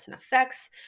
effects